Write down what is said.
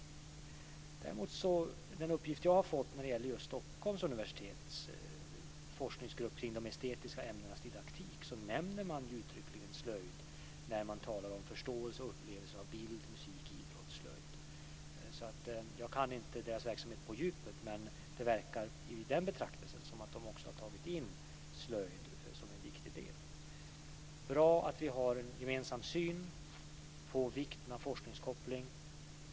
När det däremot gäller den uppgift jag fått avseende just Stockholms universitets forskningsgrupp kring de estetiska ämnenas didaktik nämner man uttryckligen slöjden när det talas om förståelse och upplevelse av bild, musik, idrott och slöjd. Jag kan inte deras verksamhet på djupet, men i den betraktelsen verkar de också ha tagit in slöjden som en viktig del. Det är alltså bra att vi har en gemensam syn på vikten av forskningskoppling.